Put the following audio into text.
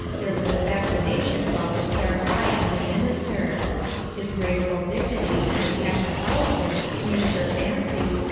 there was a fascination about this dark-eyed young minister his graceful dignity and impassioned eloquence pleased her fancy,